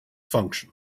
function